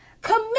Commit